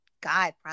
God